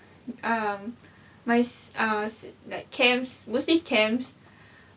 um like uh like camps mostly camps